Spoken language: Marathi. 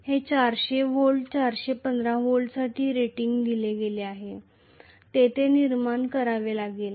हे 400 व्होल्ट 415 व्होल्टसाठी रेटिंग दिले गेले आहे ते ते निर्माण करावे लागेल